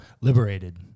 Liberated